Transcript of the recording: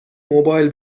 موبایل